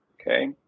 okay